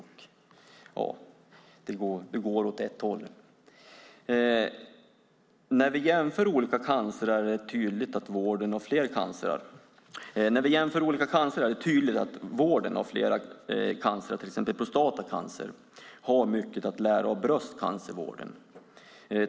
Det går åt ett håll. När vi jämför olika cancrar är det tydligt att vården av flera av dem, till exempel prostatacancer, har mycket att lära av bröstcancervården.